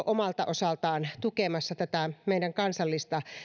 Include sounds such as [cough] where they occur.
[unintelligible] omalta osaltaan tukemassa tätä meidän kansallista